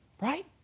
right